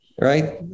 Right